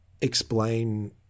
explain